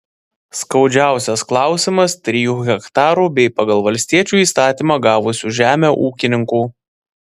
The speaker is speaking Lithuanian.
skaudžiausias klausimas trijų hektarų bei pagal valstiečių įstatymą gavusių žemę ūkininkų